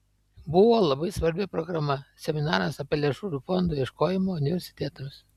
buvo labai svarbi programa seminaras apie lėšų ir fondų ieškojimą universitetams